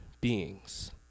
beings